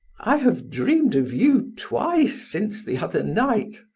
i have dreamed of you twice since the other night.